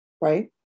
Right